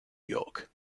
york